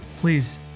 please